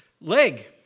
leg